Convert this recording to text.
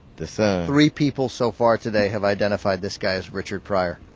discerned re people so far today have identified the skies richard pryor